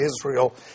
Israel